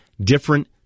different